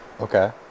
Okay